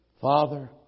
Father